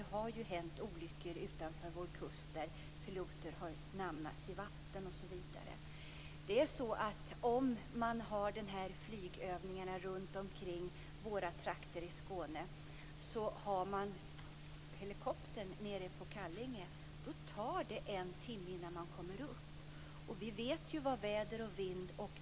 Det har ju hänt olyckor utanför vår kust där piloter har hamnat i vattnet osv. Flygövningarna sker runt omkring i våra trakter i Skåne, och helikoptern står i Kallinge. Det tar en timme innan man kommer fram. Vi vet ju hur det är med väder och vind.